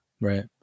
Right